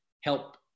help